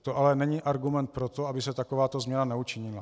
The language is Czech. To ale není argument pro to, aby se takováto změna neučinila.